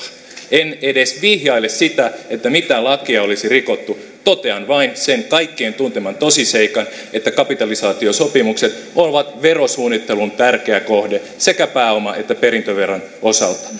en edes vihjaile sitä että mitään lakia olisi rikottu totean vain sen kaikkien tunteman tosiseikan että kapitalisaatiosopimukset ovat verosuunnittelun tärkeä kohde sekä pääoma että perintöveron osalta